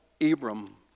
Abram